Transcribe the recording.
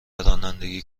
رانندگی